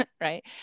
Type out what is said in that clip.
Right